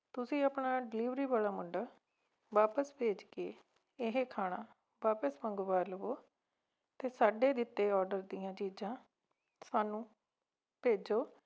ਤੁਸੀਂ ਆਪਣਾ ਡਿਲੀਵਰੀ ਵਾਲਾ ਮੁੰਡਾ ਵਾਪਸ ਭੇਜ ਕੇ ਇਹ ਖਾਣਾ ਵਾਪਸ ਮੰਗਵਾ ਲਵੋ ਅਤੇ ਸਾਡੇ ਦਿੱਤੇ ਔਡਰ ਦੀਆਂ ਚੀਜ਼ਾਂ ਸਾਨੂੰ ਭੇਜੋ